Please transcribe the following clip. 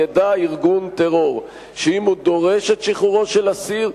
ידע ארגון טרור שאם הוא דורש את שחרורו של אסיר,